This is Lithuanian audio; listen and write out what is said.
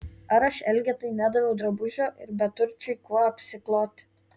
ar aš elgetai nedaviau drabužio ir beturčiui kuo apsikloti